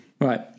Right